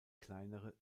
kleinere